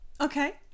Okay